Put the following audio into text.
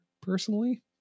personally